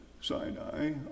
Sinai